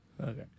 okay